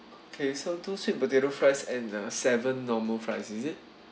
K so two sweet potato fries and uh seven normal fries is it